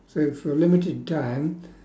so for a limited time